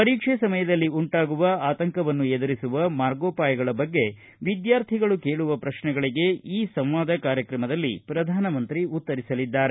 ಪರೀಕ್ಷೆ ಸಮಯದಲ್ಲಿ ಉಂಟಾಗುವ ಆತಂಕವನ್ನು ಎದುರಿಸುವ ಮಾರ್ಗೋಪಾಯಗಳ ಬಗ್ಗೆ ವಿದ್ಯಾರ್ಥಿಗಳು ಕೇಳುವ ಪ್ರಶ್ನೆಗಳಿಗೆ ಈ ಸಂವಾದ ಕಾರ್ಯಕ್ರಮದಲ್ಲಿ ಪ್ರಧಾನಮಂತ್ರಿ ಉತ್ತರಿಸಲಿದ್ದಾರೆ